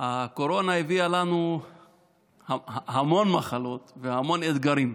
הקורונה הביאה לנו המון מחלות והמון אתגרים.